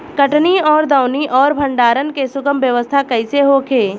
कटनी और दौनी और भंडारण के सुगम व्यवस्था कईसे होखे?